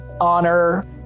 honor